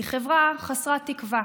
היא חברה חסרת תקווה,